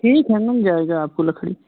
ठीक है मिल जाएगा आपको लकड़ी